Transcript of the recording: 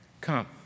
Come